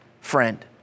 friend